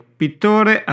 pittore